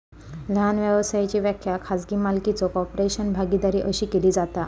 लहान व्यवसायाची व्याख्या खाजगी मालकीचो कॉर्पोरेशन, भागीदारी अशी केली जाता